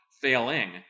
failing